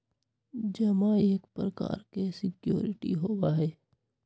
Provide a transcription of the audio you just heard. जमा एक प्रकार के सिक्योरिटी होबा हई